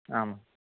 ಹಾಂ ಮ್ಯಾಮ್